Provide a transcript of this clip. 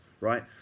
right